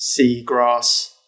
seagrass